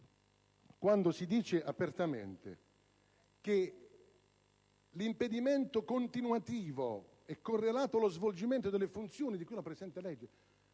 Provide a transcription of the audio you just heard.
cui si parla apertamente di impedimento «continuativo e correlato allo svolgimento delle funzioni di cui alla presente legge».